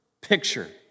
picture